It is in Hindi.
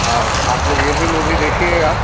हाँ तो आप लोग ये भी मूवी देखिएगा